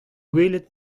gwelet